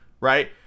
right